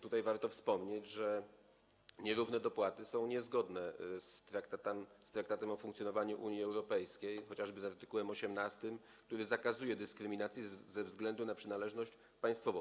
Tutaj warto wspomnieć, że nierówne dopłaty są niezgodne z Traktatem o funkcjonowaniu Unii Europejskiej, chociażby z art. 18, który zakazuje dyskryminacji ze względu na przynależność państwową.